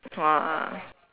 !wah!